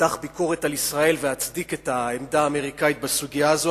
אמתח ביקורת על ישראל ואצדיק את העמדה האמריקנית בסוגיה הזאת.